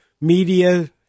media